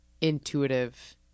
intuitive –